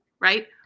right